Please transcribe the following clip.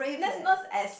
that's not as